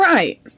Right